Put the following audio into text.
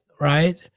right